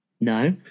No